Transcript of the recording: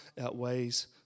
outweighs